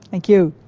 thank you.